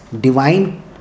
divine